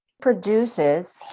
produces